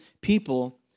people